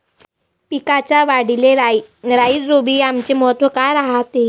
पिकाच्या वाढीले राईझोबीआमचे महत्व काय रायते?